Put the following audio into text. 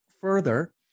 further